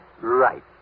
Right